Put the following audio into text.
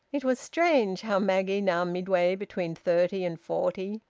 it was strange how maggie, now midway between thirty and forty,